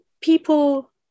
people